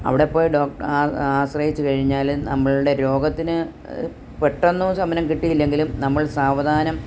അവിടെ പോയി ആശ്രയിച്ച് കഴിഞ്ഞാൽ നമ്മളുടെ രോഗത്തിന് പെട്ടന്ന് ശമനം കിട്ടിയില്ലെങ്കിലും നമ്മൾ സാവധാനം